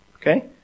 okay